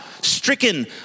stricken